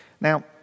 Now